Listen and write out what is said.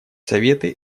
советы